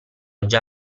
già